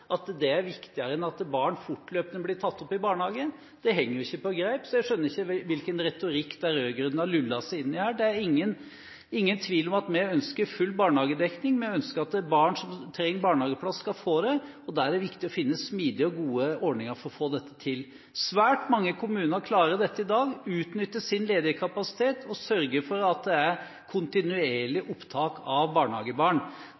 i året er viktigere enn at barna fortløpende blir tatt opp i barnehage, henger ikke på greip. Jeg skjønner ikke hvilken retorikk de rød-grønne har lullet seg inn i her. Det er ingen tvil om at vi ønsker full barnehagedekning. Vi ønsker at barn som trenger barnehageplass, skal få det, og da er det viktig å finne smidige og gode ordninger for å få til dette. Svært mange kommuner klarer dette i dag. De utnytter sin ledige kapasitet og sørger for at det er